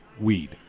weed